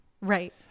Right